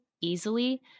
easily